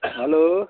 hello